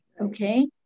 okay